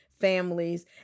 families